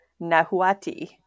Nahuati